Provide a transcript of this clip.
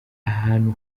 ahantu